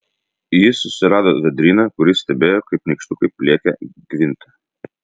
jis susirado vėdryną kuris stebėjo kaip nykštukai pliekia gvintą